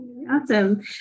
Awesome